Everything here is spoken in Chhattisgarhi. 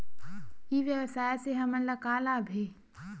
ई व्यवसाय से हमन ला का लाभ हे?